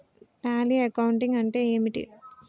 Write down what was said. Tally accounting అంటే ఏమిటి?